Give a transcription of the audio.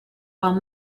while